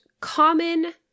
common